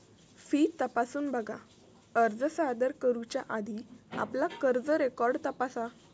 fee तपासून बघा, अर्ज सादर करुच्या आधी आपला कर्ज रेकॉर्ड तपासा